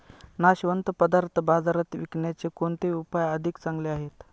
नाशवंत पदार्थ बाजारात विकण्याचे कोणते उपाय अधिक चांगले आहेत?